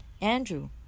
Andrew